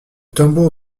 tambour